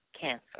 cancer